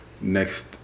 next